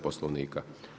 Poslovnika.